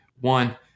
One